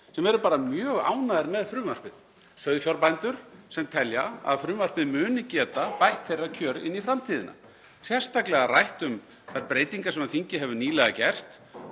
sem eru bara mjög ánægðir með frumvarpið, sauðfjárbændur sem telja að frumvarpið muni geta bætt þeirra kjör inn í framtíðinni, sérstaklega rætt um þær breytingar sem þingið hefur nýlega gert